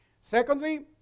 Secondly